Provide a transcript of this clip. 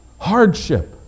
hardship